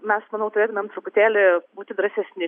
mes manau turėtumėm truputėlį būti drąsesni